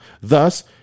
Thus